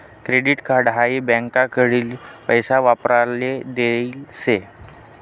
credit card हाई बँकाकडीन पैसा वापराले देल शे